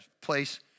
place